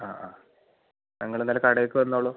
ആ ആ നിങ്ങളെന്നാൽ കടേക്ക് വന്നോളു